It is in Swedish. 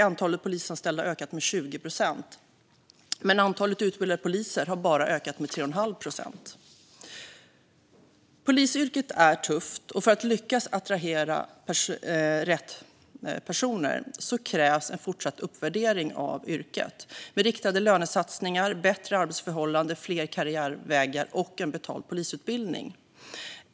Antalet polisanställda har ökat med 20 procent, men antalet utbildade poliser har bara ökat med 3,5 procent. Polisyrket är tufft, och för att lyckas attrahera rätt personer krävs en fortsatt uppvärdering av yrket med riktade lönesatsningar, bättre arbetsförhållanden, fler karriärvägar och betald polisutbildning.